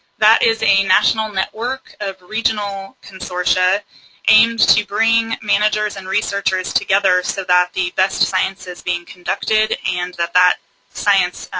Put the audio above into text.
that is a national network of regional consortia aimed to bring managers and researchers together so that the best science is being conducted and that that science,